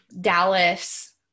Dallas